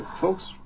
folks